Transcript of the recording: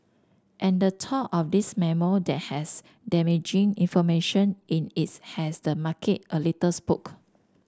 and the talk of this memo that has damaging information in is has the market a little spooked